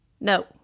No